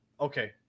Okay